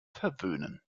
verwöhnen